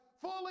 fully